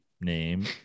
Name